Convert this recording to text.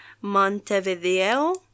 Montevideo